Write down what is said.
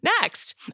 Next